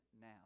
now